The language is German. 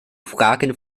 fragen